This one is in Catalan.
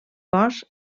cos